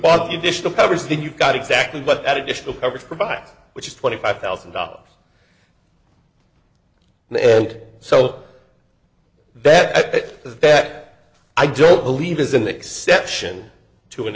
covers then you've got exactly what that additional coverage provided which is twenty five thousand dollars and so that is back i don't believe is an exception to an